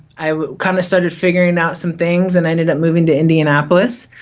i kinda started figuring out some things and i ended up moving to indianapolis,